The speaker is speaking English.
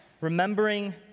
Remembering